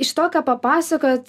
iš to ką papasakojot